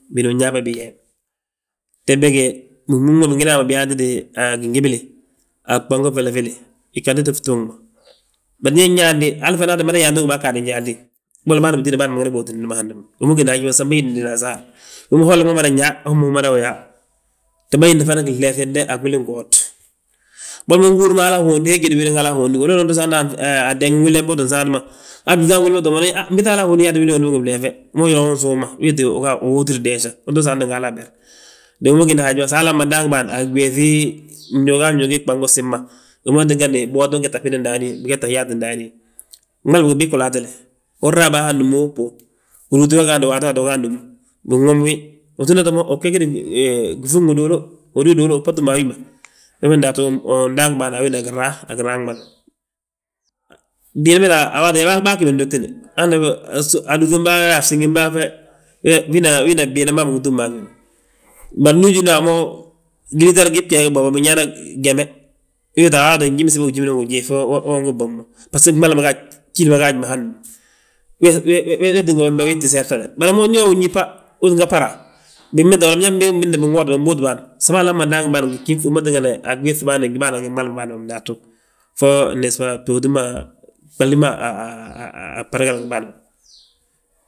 Bini biyaa bo biyeem, te bége binbúŋ ma bigina yaa mo biyaantiti gin gembe, a bango folla féle, ganti ii tti ftuug mo. Bari ñen yaandi hali fana ttim mada yaanti gobo aa ggaadi njaati, mboli bâan bitida bân ba ngina bóotidi mo hando mo; Wi ma gina haji ma sam bâyisdina asaar, wi ma holla mada yaa, hommu mada wi yaa. Te yísna leefinde a gwili giwoot, boli ma ungi húri mo hala ahondi he jédi wilin hala awondi, woledo uto saanti ateengi wili wembe uu ttin saanti ma, ham bi ma gwili ma sów mo unan yaa ha mbiiŧa hala a hondi yaati wili uhondi flee fe, mo yaa unsuu ma weeti, uwootir des, unto saanti ngi hala aber. Dong wi ma gína haji ma, sa alam ma ndaangi bân, a giɓéeŧi ñuga ñuugi gbango gsib ma, wi ma tínga biwooti ma bigee tta bin, bigee tta yaati ndaani. Gmali bogi bii goli yaatale, unraa ba handomu, rúuti we gando haato waati, wu ga dommu, binwomi wi, wi súmnati mo, uu ggege di gifuuŋ giduulu, hódi uduulu uu bba túm a wi ma. Wembe undúbatu wi ndaangin bâan win daangi bân a wina ginraa, giraan gmala. giib bege, bâa gi bindogtine, handembe alútim bâa wo we, a fsíŋim bâa fo fe, we wina gdiin ma bingi túm mo a wi ma. Bari ndu uñín mo a mo, giliitar gii bgeege bo binyaana, geme, we wéeti a waati we, njiminsibi ngi njimin ngu ujiif, wee ugi bwom mo baso, gmali ma gaaj, gjíli ma gaaj handommu. Wee tínga hando wii tti seertanle, bari mo ndu uyaa hun yís bà, hú ttin ŋaba raa, binbinte, biñaŋ mbinte, boobi bân sam alama daangi bâan gíŧ wi ma tíngani aɓéŧ bâan, bâan ma ngi gmali bâan ma bindatu, fo nesba btooti ma a bbarigali ngi bâan ma.